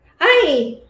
Hi